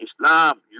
Islam